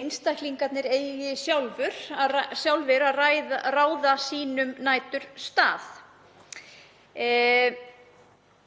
einstaklingar eigi sjálfir að ráða sínum næturstað.